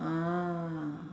ah